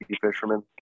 fishermen